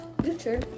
Future